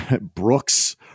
Brooks